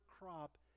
crop